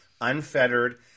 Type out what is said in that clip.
unfettered